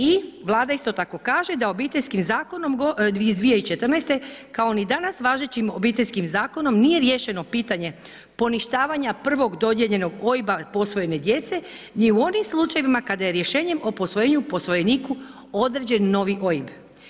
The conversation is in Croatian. I Vlada isto tako kaže da Obiteljskim zakonom iz 2014., kao ni danas važećim obiteljskim zakonom nije riješeno pitanje poništavanja prvog dodijeljenog OIB-a posvojene djece, ni u onim slučajevima kada je rješenjem o posvojenju, posvojeniku određeni novi OIB.